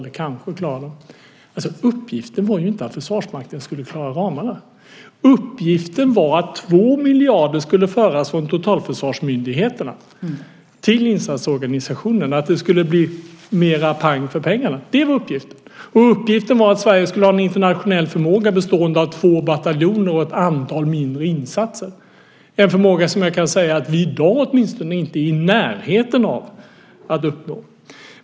Men uppgiften var inte att Försvarsmakten skulle klara ramarna. Uppgiften var att 2 miljarder skulle föras över från totalförsvarsmyndigheterna till insatsorganisationen. Det skulle bli mer pang för pengarna! Uppgiften var att Sverige ska ha en förmåga till internationella insatser bestående av två bataljoner och ett antal mindre insatser. Det är en förmåga som vi i dag inte är i närheten av att uppnå.